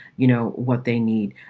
you know, what they need